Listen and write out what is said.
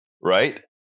right